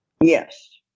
Yes